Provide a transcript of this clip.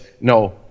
No